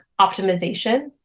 optimization